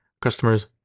customers